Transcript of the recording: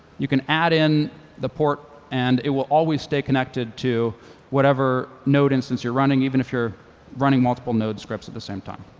you can add in the port, and it will always stay connected to whatever node instance you're running, even if you're running multiple node scripts at the same time.